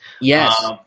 Yes